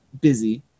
busy